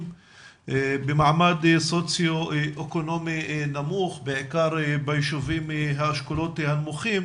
במעמד סוציו-אקונומי נמוך בעיקר בישובים מהאשכולות הנמוכים